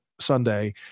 Sunday